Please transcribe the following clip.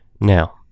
Now